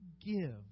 give